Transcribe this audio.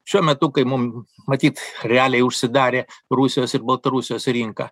šiuo metu kai mum matyt realiai užsidarė rusijos ir baltarusijos rinka